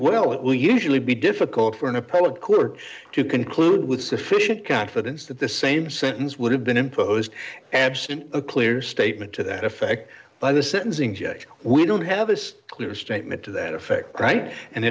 well it will usually be difficult for an appellate court to conclude with sufficient confidence that the same sentence would have been imposed a clear statement to that effect by the sentencing judge we don't have this clear statement to that effect right and